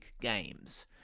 Games